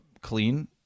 clean